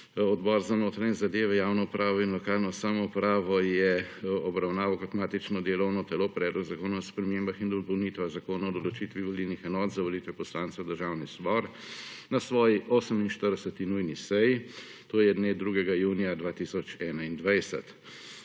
Odbor za notranje zadeve, javno upravo in lokalno samoupravo je obravnaval kot matično delovno telo predlog zakona o spremembah in dopolnitvah Zakona o določitvi volilnih enot za volitve poslancev v Državni zbor na svoji 48. nujni seji, to je dne 2. junija 2021.